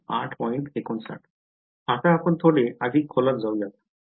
आता आपण थोडे अधिक खोलात जाऊयात